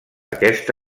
aquesta